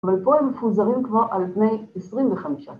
אבל פה הם מפוזרים כבר על פני 25.